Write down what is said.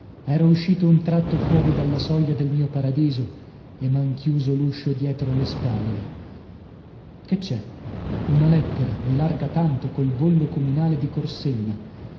ero uscito un tratto fuori dalla soglia del mio paradiso e m'han chiuso l'uscio dietro le spalle che c'è una lettera e larga tanto col bollo comunale di corsenna